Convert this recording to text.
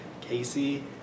Casey